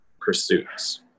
pursuits